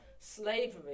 slavery